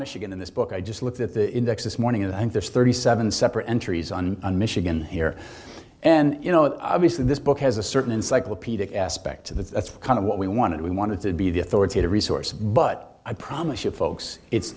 michigan in this book i just looked at the index this morning and there's thirty seven separate entries on michigan here and you know obviously this book has a certain encyclopedic aspect to the kind of what we wanted we wanted to be the authoritative resource but i promise you folks it's